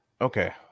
Okay